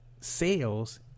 sales